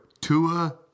Tua